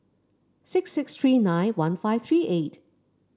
six six three nine one five three eight